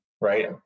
right